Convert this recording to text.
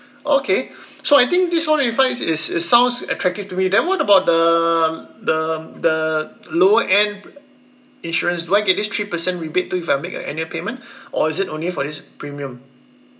okay so I think this whole it's it sounds attractive to me then what about the the the lower end insurance do I get this three percent rebate too if I make a annual payment or is it only for this premium